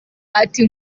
ati